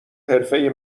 حرفه